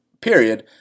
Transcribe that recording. period